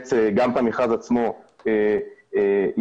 לאמץ גם את המכרז עצמו היא יכולה,